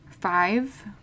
five